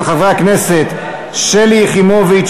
של חברי הכנסת שלי יחימוביץ,